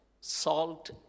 Salt